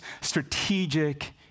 strategic